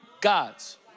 God's